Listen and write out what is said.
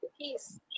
Peace